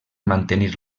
mantenir